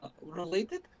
related